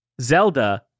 Zelda